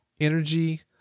energy